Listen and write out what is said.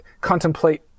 contemplate